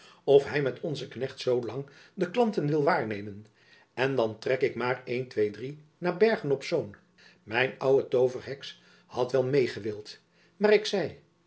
of hy met onzen knecht zoolang de klanten wil waarnemen en dan trek ik maar een-twee-drie naar bergen-op-zoom mijn ouwe tooverheks had wel meê gewild maar ik zei